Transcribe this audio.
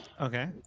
Okay